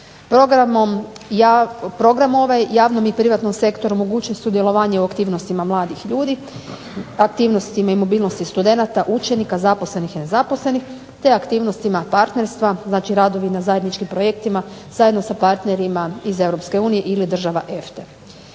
Program ovaj javnom i privatnom sektoru omogućuje sudjelovanje u aktivnostima mladih ljudi, aktivnostima i mobilnosti studenata, učenika, zaposlenih i nezaposlenih te aktivnostima partnerstva, znači radovi na zajedničkim projektima, zajedno sa partnerima iz EU ili država EFTA-e.